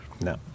No